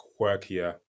quirkier